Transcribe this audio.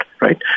right